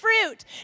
fruit